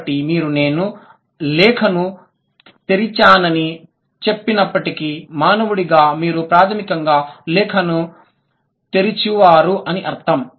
కాబట్టి మీరు నేను లేఖను తెరిచానని చెప్పినప్పటికీ మానవుడిగా మీరు ప్రాథమికంగా లేఖను తెరుచువారు అని అర్థం